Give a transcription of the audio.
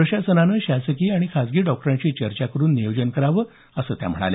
प्रशासनानं शासकीय आणि खासगी डॉक्टरांशी चर्चा करुन नियोजन करावं असं त्या म्हणाल्या